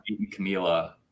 Camila